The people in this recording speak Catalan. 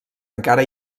encara